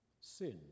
Sin